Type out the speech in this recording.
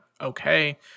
okay